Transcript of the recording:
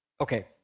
Okay